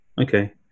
okay